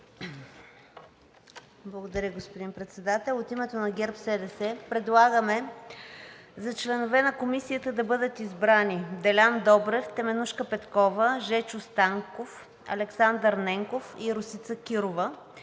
Благодаря, господин Председател. От името на ГЕРБ-СДС предлагаме за членове на Комисията да бъдат избрани: Делян Добрев, Теменужка Петкова, Жечо Станков, Александър Ненков и Росица Кирова,